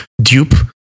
dupe